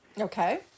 Okay